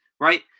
right